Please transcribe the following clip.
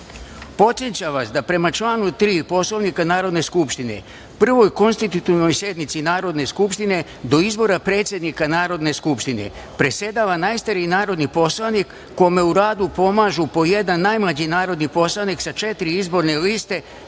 vas da, prema članu 3. Poslovnika Narodne skupštine, prvoj (konstitutivnoj) sednici Narodne skupštine, do izbora predsednika Narodne skupštine, predsedava najstariji narodni poslanik, kome u radu pomažu po jedan, najmlađi, narodni poslanik sa četiri izborne liste